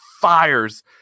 fires